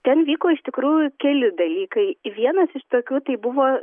ten vyko iš tikrųjų keli dalykai vienas iš tokių tai buvo